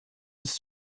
his